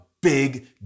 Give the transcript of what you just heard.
big